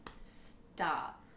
stop